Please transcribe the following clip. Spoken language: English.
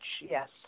yes